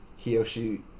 Kiyoshi